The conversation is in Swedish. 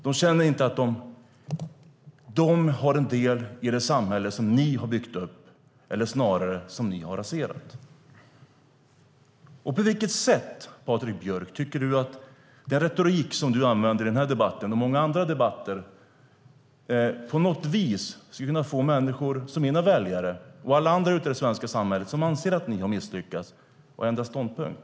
De känner inte att de har en del i det samhälle som ni har byggt upp eller snarare har raserat. På vilket sätt, Patrik Björck, tror du att den retorik som du använder i den här debatten och i många andra debatter, skulle kunna få människor som mina väljare och alla andra i det svenska samhället som anser att ni har misslyckats att ändra ståndpunkt?